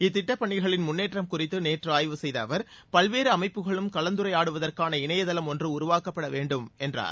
இத்திட்டப் பணிகளின் முன்னேற்றம் குறித்து நேற்று ஆய்வு செய்த அவர் பல்வேறு அமைப்புகளும் கலந்துரையாடுவதற்கான இணையதளம் ஒன்று உருவாக்கப்பட வேண்டும் என்றார்